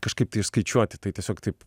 kažkaip tai išskaičiuoti tai tiesiog taip